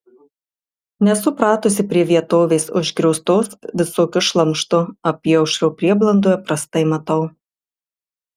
nesu pratusi prie vietovės užgrioztos visokiu šlamštu apyaušrio prieblandoje prastai matau